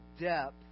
depth